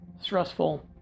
stressful